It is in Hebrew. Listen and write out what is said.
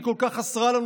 היא כל כך חסרה לנו,